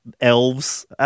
elves